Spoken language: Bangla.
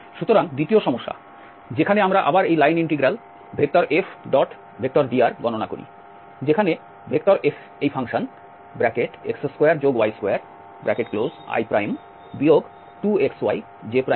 সুতরাং দ্বিতীয় সমস্যা যেখানে আমরা আবার এই লাইন ইন্টিগ্রাল F⋅dr গণনা করি যেখানে F এই ফাংশন x2y2i 2xyj দ্বারা প্রদত্ত